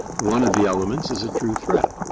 one of the elements is a true threat.